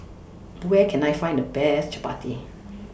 Where Can I Find The Best Chapati